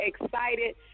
excited